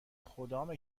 خدامه